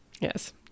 Yes